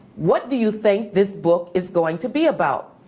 what do you think this book is going to be about?